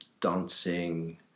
dancing